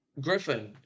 Griffin